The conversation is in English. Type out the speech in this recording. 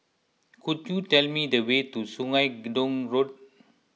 could you tell me the way to Sungei Gedong Road